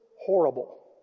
horrible